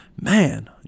man